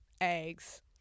eggs